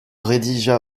rédigea